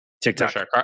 TikTok